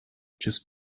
just